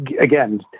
again